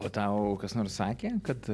o tau kas nors sakė kad